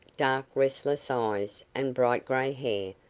dark, restless eyes and bright grey hair,